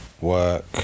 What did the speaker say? work